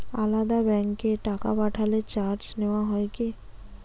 আলাদা ব্যাংকে টাকা পাঠালে চার্জ নেওয়া হয় কি?